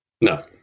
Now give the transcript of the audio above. No